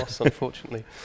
unfortunately